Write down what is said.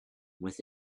with